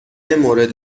مورد